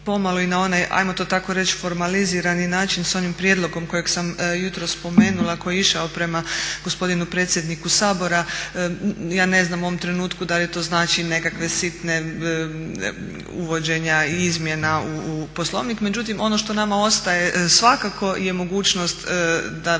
pomalo i na onaj hajmo to tako reći formalizirani način sa onim prijedlogom kojeg sam jutros spomenula koji je išao prema gospodinu predsjedniku Sabora. Ja ne znam u ovom trenutku da li to znači nekakve sitne uvođenja i izmjena u Poslovnik. Međutim, ono što nama ostaje svakako je mogućnost da vrlo